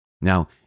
Now